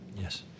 Yes